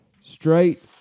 straight